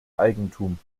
eigentum